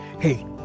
Hey